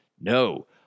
No